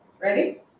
Ready